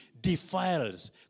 defiles